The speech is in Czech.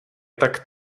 tak